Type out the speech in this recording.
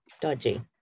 dodgy